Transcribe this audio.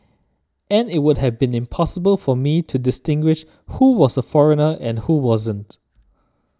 and it would have been impossible for me to distinguish who was a foreigner and who wasn't